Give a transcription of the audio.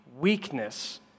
weakness